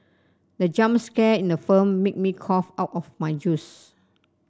the jump scare in the film made me cough out my juice